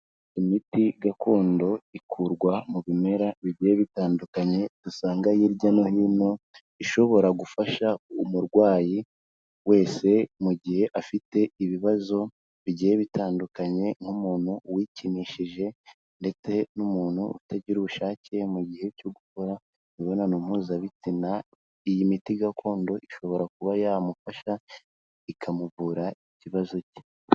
Imiti gakondo ikurwa mu bimera bigiye bitandukanye dusanga hirya no hino, ishobora gufasha umurwayi wese mu gihe afite ibibazo bigiye bitandukanye nk'umuntu wikinishije ndetse n'umuntu utagira ubushake mu gihe cyo gukora imibonano mpuzabitsina, iyi miti gakondo ishobora kuba yamufasha ikamuvura ikibazo ke.